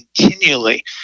continually